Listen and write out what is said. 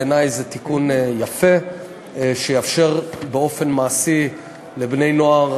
בעיני זה תיקון יפה שיאפשר באופן מעשי לבני-נוער